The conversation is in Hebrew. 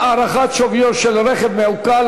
הערכת שוויו של רכב מעוקל),